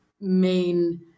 main